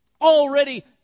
already